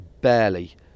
barely